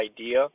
idea